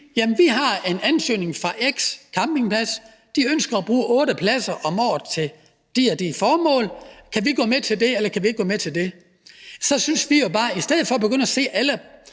sige: Vi har en ansøgning fra x campingplads; de ønsker at bruge otte pladser om året til de og de formål – kan vi gå med til det, eller kan vi ikke gå med til det? Så synes vi jo bare, at man ikke skal begynde at se alle